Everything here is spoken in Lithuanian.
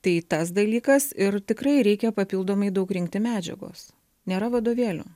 tai tas dalykas ir tikrai reikia papildomai daug rinkti medžiagos nėra vadovėlių